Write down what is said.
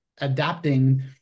adapting